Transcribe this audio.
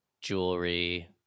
jewelry